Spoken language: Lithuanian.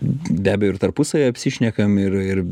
be abejo ir tarpusavyje apsišnekam ir ir